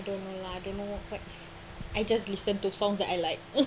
don't know lah don't know just I just listen to songs that I like